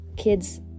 kids